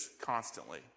constantly